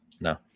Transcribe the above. No